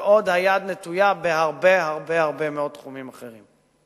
ועוד היד נטויה בהרבה הרבה הרבה מאוד תחומים אחרים.